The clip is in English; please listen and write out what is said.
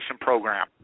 program